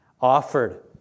offered